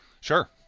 Sure